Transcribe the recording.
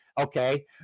Okay